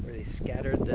they scattered